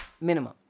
minimum